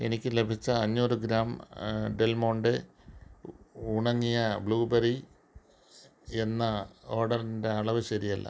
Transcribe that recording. എനിക്ക് ലഭിച്ച അഞ്ഞൂറ് ഗ്രാം ഡെൽമോണ്ടേ ഉണങ്ങിയ ബ്ലൂബെറി എന്ന ഓഡറിന്റെ അളവ് ശരിയല്ല